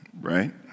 right